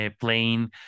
playing